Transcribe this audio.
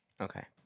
Okay